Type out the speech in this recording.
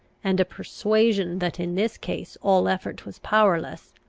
and a persuasion that in this case all effort was powerless,